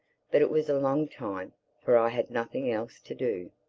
but it was a long time for i had nothing else to do.